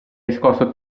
riscosso